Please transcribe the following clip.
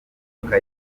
modoka